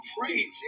praise